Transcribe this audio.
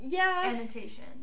annotation